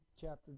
chapter